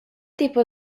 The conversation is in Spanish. tipo